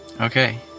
Okay